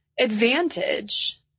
advantage